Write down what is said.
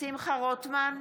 שמחה רוטמן,